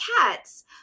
cats